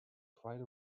quite